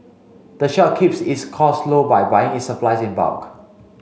the shop keeps its costs low by buying its supplies in bulk